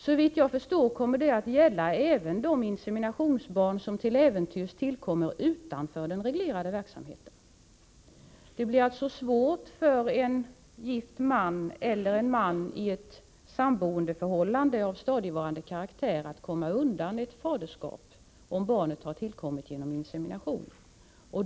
Såvitt jag förstår kommer det att gälla även de inseminationsbarn som till äventyrs kommer till utanför den reglerade verksamheten. Det blir alltså svårt för en gift man eller en man i ett samboendeförhållande av stadigvarande karaktär att komma undan när det gäller fastställandet av faderskapet, om barnet har tillkommit genom insemination.